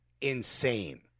insane